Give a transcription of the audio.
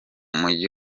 mujyi